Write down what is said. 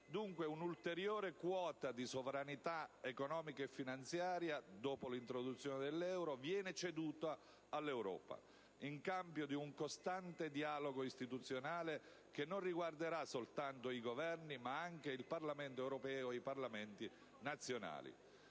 Dunque, un'ulteriore quota di sovranità economica e finanziaria, dopo l'introduzione dell'euro, viene ceduta all'Europa in cambio di un costante dialogo istituzionale che non riguarderà soltanto i Governi ma anche il Parlamento europeo e i Parlamenti nazionali.